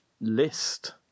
list